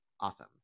awesome